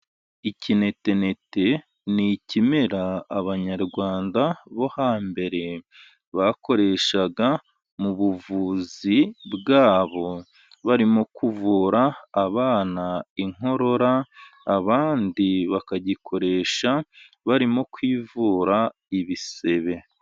Igitenetene ni ikimera abanyarwanda bo hambere bakoreshaga mu buvuzi bwabo barimo kuvura abana inkorora, abandi bakagikoresha barimo kwivura ibisebe.